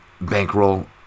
bankroll